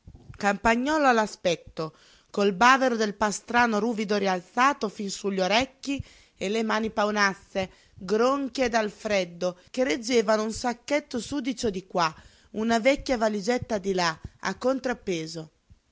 campagnolo all'aspetto col bavero del pastrano ruvido rialzato fin su gli orecchi e le mani paonazze gronchie dal freddo che reggevano un sacchetto sudicio di qua una vecchia valigetta di là a contrappeso